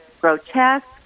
grotesque